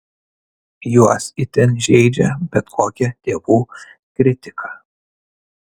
juos itin žeidžia bet kokia tėvų kritika